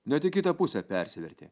net į kitą pusę persivertė